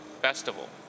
festival